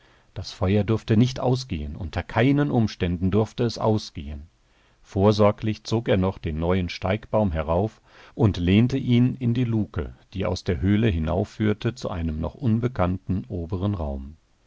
das feuer durfte nicht ausgehen unter keinen umständen durfte es ausgehen vorsorglich zog er noch den neuen steigbaum herauf und lehnte ihn in die luke die aus der höhle hinaufführte zu einem noch unbekannten oberen raum